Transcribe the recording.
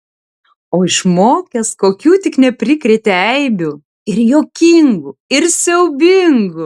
o išmokęs kokių tik neprikrėtė eibių ir juokingų ir siaubingų